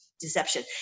deception